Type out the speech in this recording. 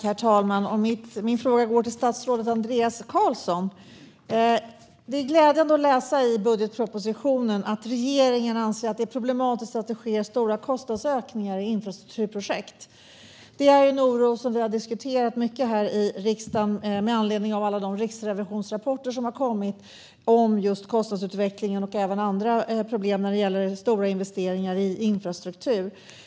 Herr talman! Min fråga går till statsrådet Andreas Carlson. Det är glädjande att läsa i budgetpropositionen att regeringen anser att det är problematiskt att det sker stora kostnadsökningar i infrastrukturprojekt. Det är en oro som vi i riksdagen har diskuterat mycket med anledning av alla de riksrevisionsrapporter som har kommit om just kostnadsutvecklingen och även andra problem när det gäller stora investeringar i infrastruktur.